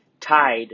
tied